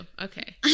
okay